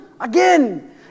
again